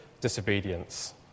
disobedience